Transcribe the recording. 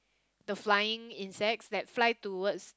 the flying insects that fly towards